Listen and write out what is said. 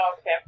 okay